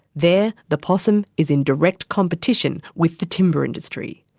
there, the possum is in direct competition with the timber industry.